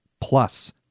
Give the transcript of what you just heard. plus